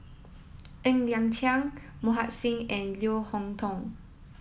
Ng Liang Chiang Mohan Singh and Leo Hee Tong